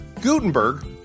Gutenberg